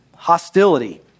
Hostility